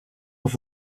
with